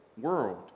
world